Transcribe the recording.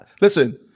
Listen